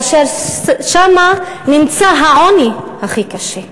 ששם נמצא העוני הכי קשה.